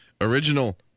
Original